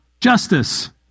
justice